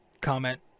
comment